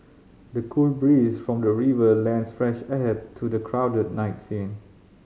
the cool breeze from the river lends fresh air to the crowded night scene